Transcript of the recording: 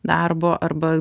darbo arba